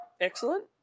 Excellent